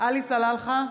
עלי סלאלחה,